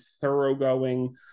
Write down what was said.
thoroughgoing